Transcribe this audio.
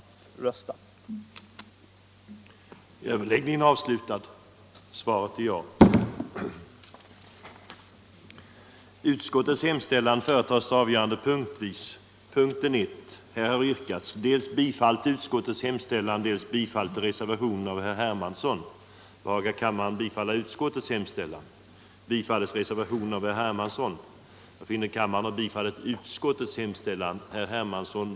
den det ej vill röstar nej.